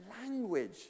language